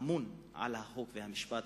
האמון על החוק והמשפט,